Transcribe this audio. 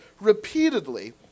repeatedly